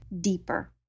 deeper